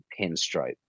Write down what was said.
pinstripe